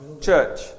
Church